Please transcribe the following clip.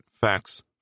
facts